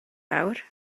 lawr